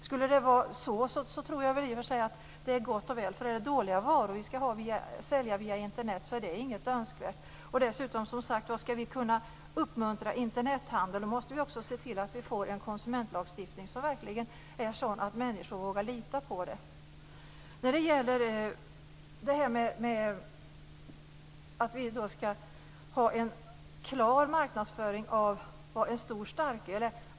Skulle det vara så, tror jag i och för sig att det är gott och väl, för dåliga varor som säljs via Internet är inget önskvärt. Som sagt var, om vi ska kunna uppmuntra Internethandeln måste vi också se till att vi får en konsumentlagstiftning som människor verkligen vågar lita på. Kjell Eldensjö tog upp att det ska vara en klar definition av vad en stor starköl är.